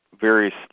various